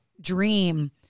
dream